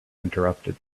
interrupted